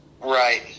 Right